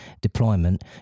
deployment